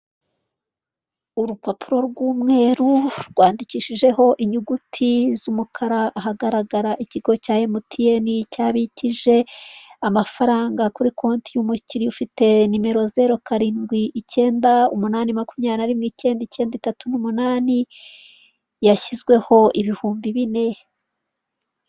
Urupapuro rw'umweru rwandikishijeho inyuguti z'umukara ahagaragara ikigo cya emutiyeni cyabikije amafaranga kuri koti y'umukiriya ufite nimero zero karindwi icyenda umunani makumyabiri na rimwe icyendacyenda itatu n'umunani, yashyizweho ibihumbi bine.